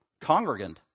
congregant